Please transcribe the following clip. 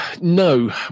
No